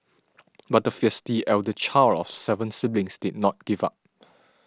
but the feisty elder child of seven siblings did not give up